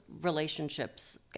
relationships